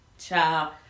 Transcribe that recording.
Ciao